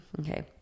Okay